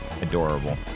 Adorable